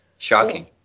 Shocking